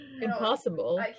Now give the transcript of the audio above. Impossible